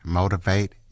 motivate